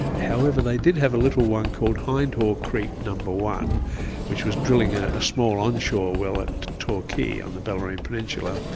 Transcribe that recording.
however they did have a little one called hindhaugh creek no. one which was drilling a a small onshore well at torquay on the ballerine peninsular,